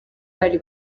ari